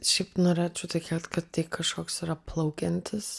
šiaip norėčiau tikėt kad tai kažkoks yra plaukiantis